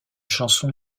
chanson